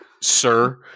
sir